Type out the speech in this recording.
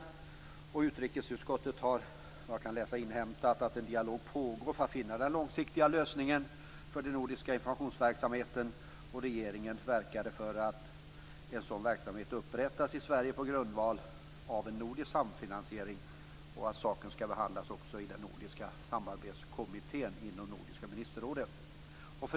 Jag kan läsa att utrikesutskottet har inhämtat att en dialog pågår för att finna den långsiktiga lösningen för den nordiska informationsverksamheten. Regeringen verkar för att en sådan verksamhet upprättas i Sverige på grundval av en nordisk samfinansiering. Saken skall också behandlas i Nordiska samarbetskommittén inom Nordiska ministerrådet.